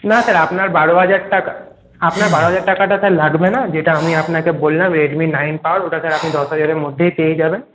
না স্যার আপনার বারো হাজার টাকা আপনার বারো হাজার টাকাটা স্যার লাগবে না যেটা আমি আপনাকে বললাম রেডমি নাইন পাওয়ার ওটা স্যার আপনি দশহাজারের মধ্যেই পেয়ে যাবেন